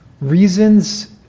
Reasons